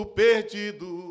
perdido